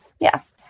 Yes